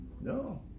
No